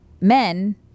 Men